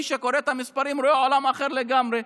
מי שקורא את המספרים רואה עולם אחר לגמרי,